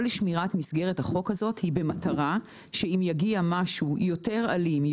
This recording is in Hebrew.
כל מסגרת החוק היא במטרה שאם יגיע משהו יותר אלים,